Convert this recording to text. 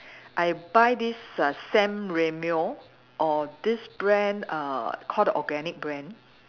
I buy this uh San Remo or this brand err call the organic brand